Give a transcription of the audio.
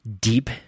deep